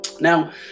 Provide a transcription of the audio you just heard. Now